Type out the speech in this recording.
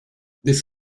this